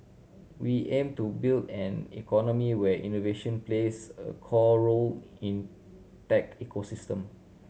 we aim to build an economy where innovation plays a core role in tech ecosystem